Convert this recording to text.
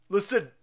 Listen